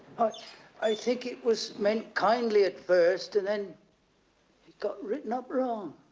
but i think it was meant kindly at first and then it got written up wrong.